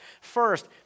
first